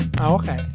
Okay